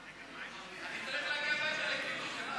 אני צריך להגיע הביתה לשבת.